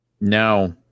No